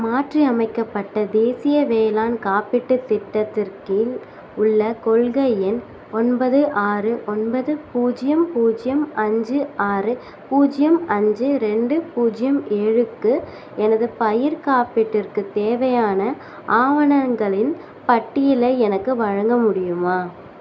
மாற்றியமைக்கப்பட்ட தேசிய வேளாண் காப்பீட்டு திட்டத்திற் கீழ் உள்ள கொள்கை எண் ஒன்பது ஆறு ஒன்பது பூஜ்ஜியம் பூஜ்ஜியம் அஞ்சு ஆறு பூஜ்ஜியம் அஞ்சு ரெண்டு பூஜ்ஜியம் ஏழுக்கு எனது பயிர்க் காப்பீட்டிற்கு தேவையான ஆவணங்களின் பட்டியலை எனக்கு வழங்க முடியுமா